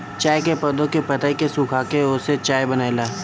चाय के पौधा के पतइ के सुखाके ओसे चाय बनेला